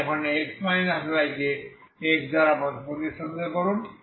তাই আপনি কে x দ্বারা প্রতিস্থাপিত করছেন